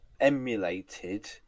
emulated